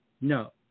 No